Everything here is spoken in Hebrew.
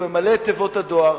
זה ממלא את תיבות הדואר,